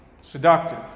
seductive